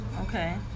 Okay